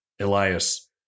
Elias